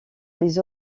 les